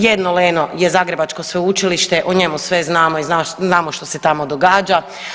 Jedno leno je Zagrebačko sveučilište, o njemu sve znamo i znamo što se tamo događa.